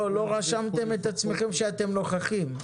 לא רשמתם את עצמכם שאתם נוכחים.